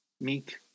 meek